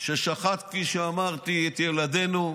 ששחט, כפי שאמרתי, את ילדינו,